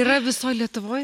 yra visoj lietuvoj